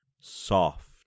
soft